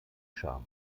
scham